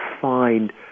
find